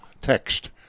text